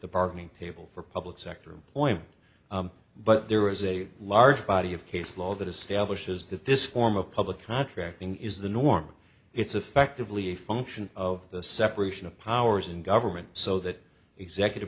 the bargaining table for public sector employment but there is a large body of case law that establishes that this form of public contracting is the norm it's effectively a function of the separation of powers in government so that executive